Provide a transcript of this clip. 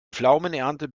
pflaumenernte